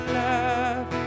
love